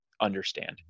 understand